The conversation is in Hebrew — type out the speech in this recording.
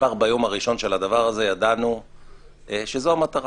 כבר ביום הראשון של הדבר ידענו שזו המטרה.